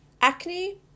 acne